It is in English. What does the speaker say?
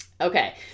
okay